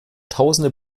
tausende